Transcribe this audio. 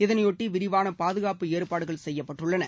இதனையொட்டி விரிவான பாதுகாப்பு ஏற்பாடுகள் செய்யப்பட்டுள்ளன